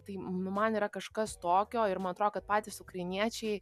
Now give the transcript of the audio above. tai nu man yra kažkas tokio ir man atrodo kad patys ukrainiečiai